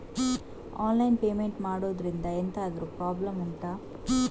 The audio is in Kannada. ಆನ್ಲೈನ್ ಪೇಮೆಂಟ್ ಮಾಡುದ್ರಿಂದ ಎಂತಾದ್ರೂ ಪ್ರಾಬ್ಲಮ್ ಉಂಟಾ